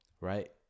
Right